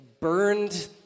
burned